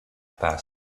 passed